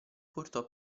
portò